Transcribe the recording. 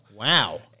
Wow